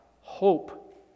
hope